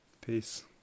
peace